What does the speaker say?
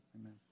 Amen